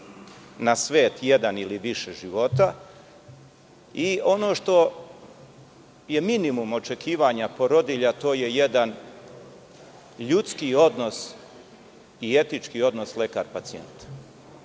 na svet jedan ili više života i ono što je minimum očekivanja porodilja, to je jedan ljudski odnos i etički odnos lekar – pacijent.